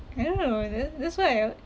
orh is it that's why